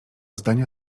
zdania